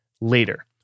later